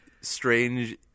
strange